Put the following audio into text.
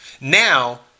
now